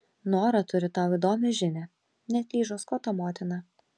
nora turi tau įdomią žinią neatlyžo skoto motina